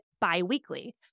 biweekly